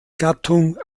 gattung